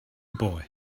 boy